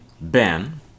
Ben